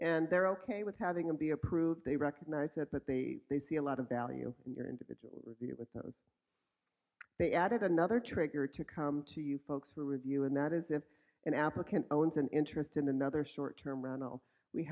and they're ok with having them be approved they recognize that but they they see a lot of value in your individual as you do with those they added another trigger to come to you folks for review and that is if an applicant owns an interest in another short term rental we